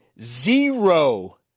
zero